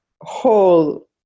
whole